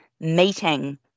meeting